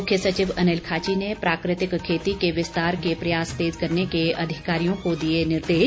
मुख्य सचिव अनिल खाची ने प्राकृतिक खेती के विस्तार के प्रयास तेज करने के अधिकारियों को दिए निर्देश